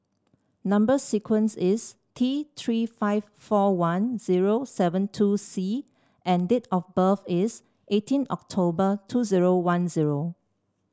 number sequence is T Three five four one zero seven two C and date of birth is eighteen October two zero one zero